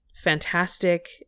fantastic